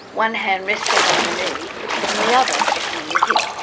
one hand resting on the knee and the other upon the hip.